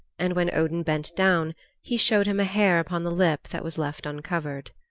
and when odin bent down he showed him a hair upon the lip that was left uncovered.